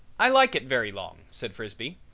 i like it very long, said frisbee.